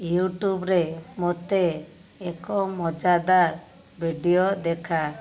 ୟୁଟ୍ୟୁବରେ ମୋତେ ଏକ ମଜାଦାର ଭିଡ଼ିଓ ଦେଖା